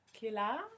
Kila